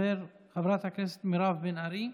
חברת הכנסת מירב בן ארי,